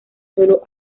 sólo